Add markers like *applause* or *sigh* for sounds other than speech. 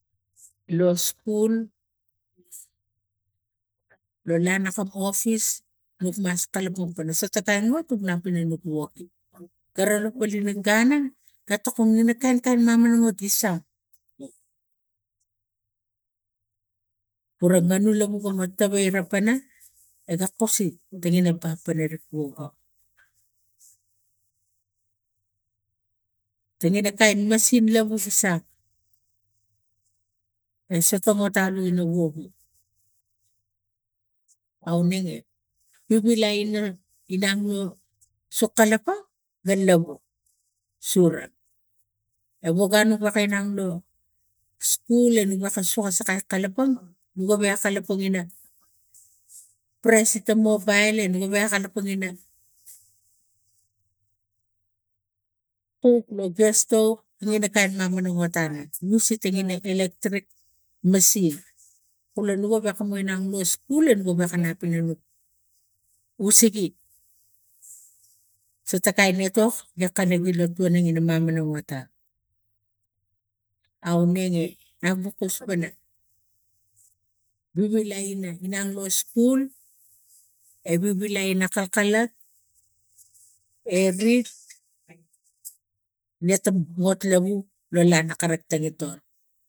Lo skul lo lana kam opis nuk mas kalapang pana soto kain wot nuk nap pano woge kara gu kul ina gun na ga tokun kainkain mamanomot gi sang ura nganu lani gana tawaira pana ega kosi tangena papneri *unintelligible* tene na kain masin lovu gi sangg e sotongot alu ina wok aumenge vivilai ing inang so kalapang ga lova sura. A wok gun no woka inong lo skul ano woka saka kalapang ina presita mobile nuga ga mamamamot tana use it tingine electrik masin kule no ga gewek komo inang lo skul ano gana nap ina nuk usege soto kain etok iak anap in tuana maman amota aunenge agu kus pana vivitai ina inang lo skul e vivilai ina akalkalat e rid nota bot lav la lana kana tongintol